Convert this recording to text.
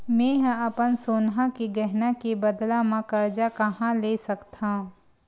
मेंहा अपन सोनहा के गहना के बदला मा कर्जा कहाँ ले सकथव?